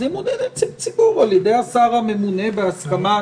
אז ימונה נציג ציבור על ידי השר הממונה בהסכמה.